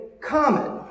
common